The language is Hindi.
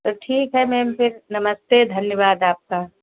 तो ठीक है मैम फिर नमस्ते धन्यवाद आपका